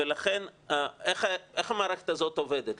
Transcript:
לכן איך המערכת הזאת עובדת?